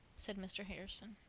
said mr. harrison,